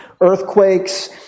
Earthquakes